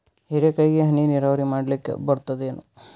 ಹೀರೆಕಾಯಿಗೆ ಹನಿ ನೀರಾವರಿ ಮಾಡ್ಲಿಕ್ ಬರ್ತದ ಏನು?